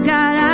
God